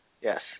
Yes